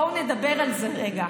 בואו נדבר על זה רגע: